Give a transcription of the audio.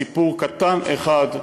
סיפור קטן אחד.